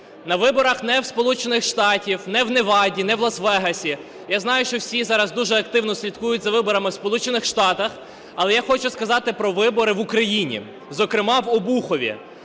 На виборах не в Сполучених Штатах, не в Неваді, не в Лас-Вегасі, я знаю, що всі зараз дуже активно слідкують за виборами в Сполучених Штатах, але я хочу сказати про вибори в Україні, зокрема в Обухові,